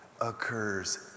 occurs